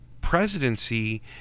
presidency